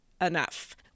enough